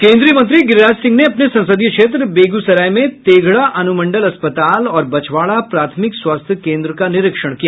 केन्द्रीय मंत्री गिरिराज सिंह ने अपने संसदीय क्षेत्र बेगूसराय में तेघड़ा अनुमंडल अस्पताल और बछवाड़ा प्राथमिक स्वास्थ्य कोन्द्र का निरीक्षण किया